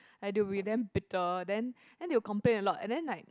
like they will be damn bitter then then they will complain a lot and then like